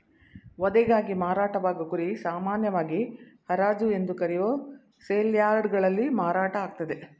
ವಧೆಗಾಗಿ ಮಾರಾಟವಾಗೋ ಕುರಿ ಸಾಮಾನ್ಯವಾಗಿ ಹರಾಜು ಎಂದು ಕರೆಯೋ ಸೇಲ್ಯಾರ್ಡ್ಗಳಲ್ಲಿ ಮಾರಾಟ ಆಗ್ತದೆ